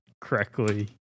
correctly